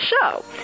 show